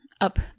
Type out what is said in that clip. up